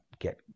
get